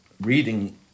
reading